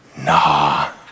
Nah